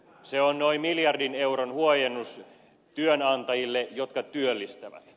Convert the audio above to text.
se on noin miljardin euron huojennus työnantajille jotka työllistävät